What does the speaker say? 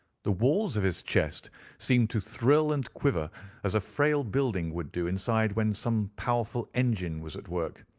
the walls of his chest seemed to thrill and quiver as a frail building would do inside when some powerful engine was at work.